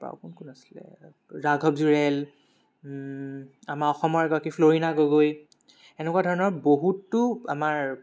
তাৰপৰা আৰু কোন কোন আছিলে ৰাঘৱ জুৰেল আমাৰ অসমৰ এগৰাকী ফ্ল'ৰীণা গগৈ এনেকুৱা ধৰণৰ বহুতো আমাৰ